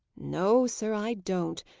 no, sir, i don't.